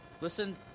Listen